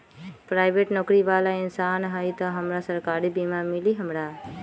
Private नौकरी बाला इंसान हई त हमरा सरकारी बीमा मिली हमरा?